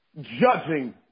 judging